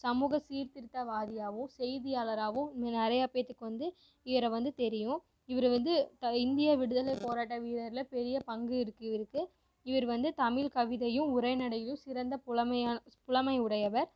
சமூக சீர் திருத்த வாதியாகவும் செய்தியாளராகவும் இங்கே நிறைய பேர்த்துக்கு வந்து இவரை வந்து தெரியும் இவரு வந்து இந்திய விடுதலை போராட்ட வீரரில் பெரிய பங்கு இருக்கு இவருக்கு இவர் வந்து தமிழ் கவிதையும் உரைநடையும் சிறந்த புலமையான புலமை உடையவர்